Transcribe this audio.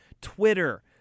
Twitter